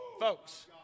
folks